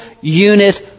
unit